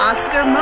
Oscar